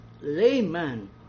layman